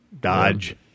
dodge